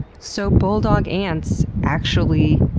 so bulldog ants actually.